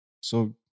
So-